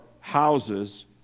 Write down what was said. houses